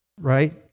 right